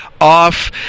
off